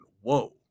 whoa